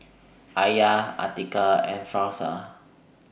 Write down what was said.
Alya Atiqah and Firash